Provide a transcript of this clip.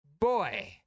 Boy